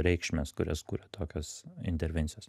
reikšmės kurias kuria tokios intervencijos